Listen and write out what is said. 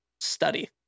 study